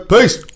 Peace